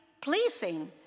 pleasing